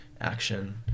action